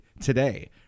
today